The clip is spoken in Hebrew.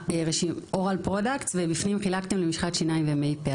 אוראל פרודקטס ובפנים חילקתם למשחת שיניים ומי פה.